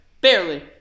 Barely